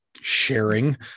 sharing